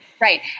right